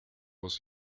dos